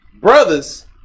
brothers